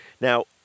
Now